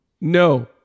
No